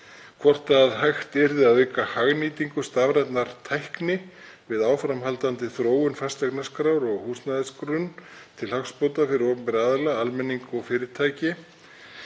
hvort hægt yrði að auka hagnýtingu stafrænnar tækni við áframhaldandi þróun fasteignaskrár og húsnæðisgrunn til hagsbóta fyrir opinbera aðila, almenning og fyrirtæki,